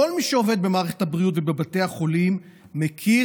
כל מי שעובד במערכת הבריאות ובבתי החולים מכיר